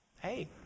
Hey